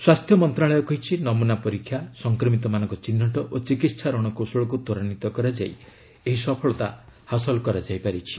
ସ୍ପାସ୍ଥ୍ୟ ମନ୍ତ୍ରଣାଳୟ କହିଛି ନମୁନା ପରୀକ୍ଷା ସଂକ୍ରମିତମାନଙ୍କ ଚିହ୍ନଟ ଓ ଚିକିତ୍ସା ରଣକୌଶଳକୁ ତ୍ୱରାନ୍ୱିତ କରାଯାଇ ଏହି ସଫଳତା ହାସଲ କରାଯାଇପାରିଛି